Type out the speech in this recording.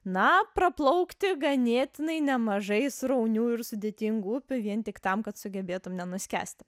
na praplaukti ganėtinai nemažai sraunių ir sudėtingų upių vien tik tam kad sugebėtum nenuskęsti